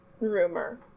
rumor